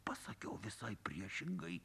pasakiau visai priešingai